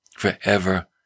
Forever